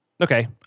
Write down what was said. Okay